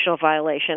violation